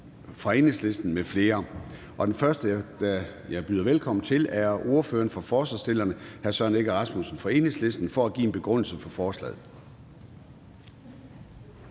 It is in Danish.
dagens dagsorden. Den første, jeg byder velkommen til, er ordføreren for forslagsstillerne, hr. Søren Egge Rasmussen fra Enhedslisten, for en begrundelse for forslaget.